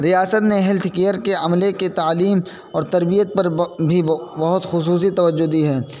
ریاست نے health care کے عملے کے تعلیم اور تربیت پر بھی بہت خصوصی توجہ دی ہے